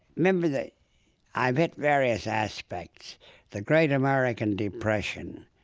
remember that i've hit various aspects the great american depression,